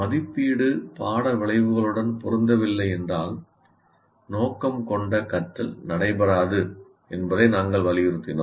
மதிப்பீடு பாட விளைவுகளுடன் பொருந்தவில்லை என்றால் நோக்கம் கொண்ட கற்றல் நடைபெறாது என்பதை நாங்கள் வலியுறுத்தினோம்